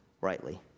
rightly